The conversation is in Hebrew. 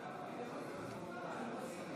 נגד, 53, אין נמנעים.